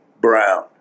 Brown